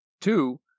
two